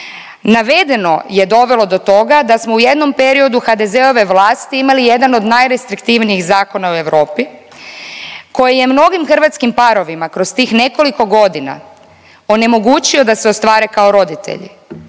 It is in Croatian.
Navedeno je dovelo do toga da smo u jednom periodu HDZ-ove vlasti imali jedan od najrestriktivnijih zakona u Europi koji je mnogim hrvatskim parovima kroz tih nekoliko godina onemogućio da se ostvare kao roditelji.